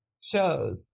shows